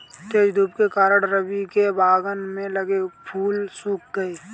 तेज धूप के कारण, रवि के बगान में लगे फूल सुख गए